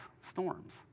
storms